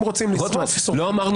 אם רוצים לשרוף, שורפים.